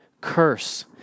curse